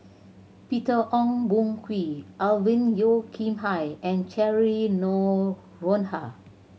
Peter Ong Boon Kwee Alvin Yeo Khirn Hai and Cheryl Noronha